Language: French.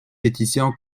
pétition